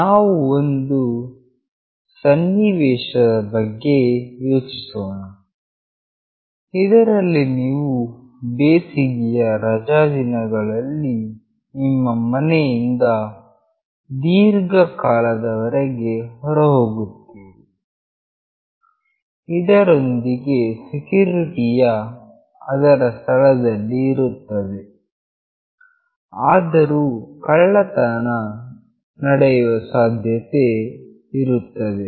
ನಾವು ಒಂದು ಸನ್ನಿವೇಶದ ಬಗ್ಗೆ ಯೋಚಿಸೋಣ ಇದರಲ್ಲಿ ನೀವು ಬೇಸಿಗೆಯ ರಜಾದಿನಗಳಲ್ಲಿ ನಿಮ್ಮ ಮನೆಯಿಂದ ದೀರ್ಘ ಕಾಲದವರೆಗೆ ಹೊರಗೆ ಹೋಗಿರುತ್ತೀರಿ ಇದರೊಂದಿಗೆ ಸೆಕ್ಯೂರಿಟಿ ಯು ಅದರ ಸ್ಥಳದಲ್ಲಿ ಇರುತ್ತದೆ ಆದರೂ ಕಳ್ಳತನ ನಡೆಯುವ ಸಾಧ್ಯತೆ ಇರುತ್ತದೆ